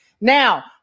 now